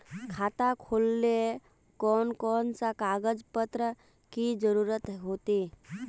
खाता खोलेले कौन कौन सा कागज पत्र की जरूरत होते?